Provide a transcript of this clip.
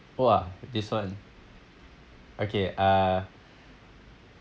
!wah! this one okay uh